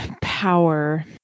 power